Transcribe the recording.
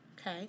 Okay